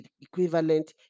equivalent